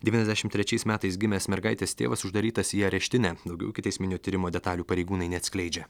devyniasdešim trečiais metais gimęs mergaitės tėvas uždarytas į areštinę daugiau ikiteisminio tyrimo detalių pareigūnai neatskleidžia